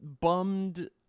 bummed